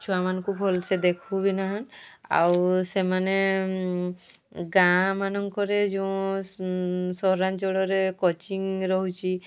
ଛୁଆମାନଙ୍କୁ ଭଲସେ ଦେଖୁ ବି ନାହାନ୍ତି ଆଉ ସେମାନେ ଗାଁମାନଙ୍କରେ ଯେଉଁ ସହରାଞ୍ଚଳରେ କୋଚିଂ ରହୁଛି